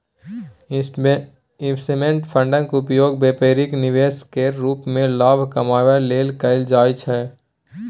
investment फंडक उपयोग बेपारिक निवेश केर रूप मे लाभ कमाबै लेल कएल जाइ छै